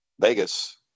Vegas